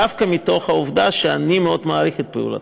דווקא מתוך זה שאני מאוד מעריך את פעולתם,